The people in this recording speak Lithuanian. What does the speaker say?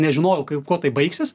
nežinojau kuo tai baigsis